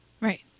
Right